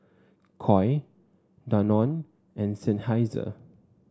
Koi Danone and Seinheiser